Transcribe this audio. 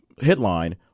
headline